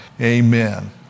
amen